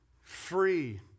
free